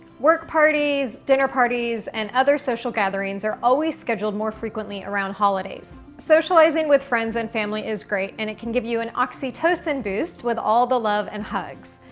work parties, dinner parties, and other social gatherings are always scheduled more frequently around holidays. socializing with friends and family is great and it can give you an oxytocin boost with all the love and hugs.